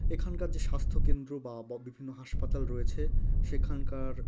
এখানকার যে স্বাস্থ্যকেন্দ্র বা বিভিন্ন হাসপাতাল রয়েছে সেখানকার